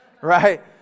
right